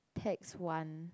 text one